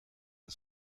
een